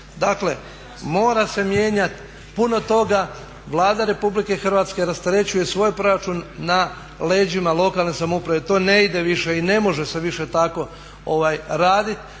Dakle, mora se mijenjati puno toga. Vlada RH rasterećuje svoj proračun na leđima lokalne samouprave. To ne ide više i ne može se više tako raditi.